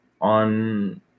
on